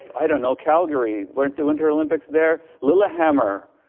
i don't know, calgary, went to winter olympics there, lillehammer,